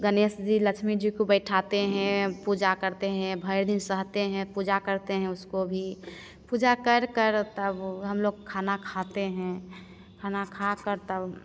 गणेश जी लक्ष्मी जी को बैठाते हैं पूजा करते हैं भर दिन सहते हैं पूजा करते हैं उसको भी पूजा कर कर तब वो हम लोग खाना खाते हैं खाना खा कर तब